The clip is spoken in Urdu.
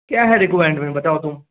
کیا ہے ریکوائنڈمیں بتاؤ تم